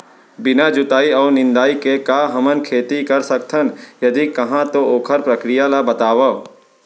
बिना जुताई अऊ निंदाई के का हमन खेती कर सकथन, यदि कहाँ तो ओखर प्रक्रिया ला बतावव?